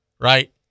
right